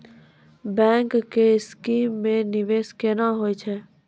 Bank के scheme मे निवेश केना होय छै?